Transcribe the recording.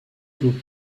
two